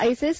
ISIS